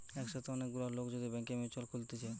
একসাথে অনেক গুলা লোক যদি ব্যাংকে মিউচুয়াল খুলতিছে